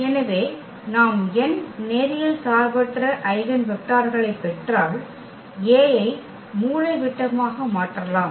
எனவே நாம் n நேரியல் சார்பற்ற ஐகென் வெக்டர்களைப் பெற்றால் A ஐ மூலைவிட்டமாக மாற்றலாம்